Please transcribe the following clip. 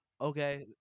Okay